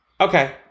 Okay